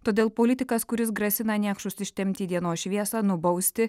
todėl politikas kuris grasina niekšus ištempti į dienos šviesą nubausti